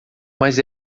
mas